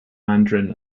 mandarin